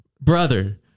brother